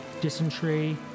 dysentery